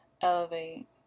elevate